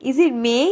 is it may